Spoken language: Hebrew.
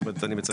אני מצטט.